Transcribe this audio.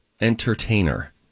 entertainer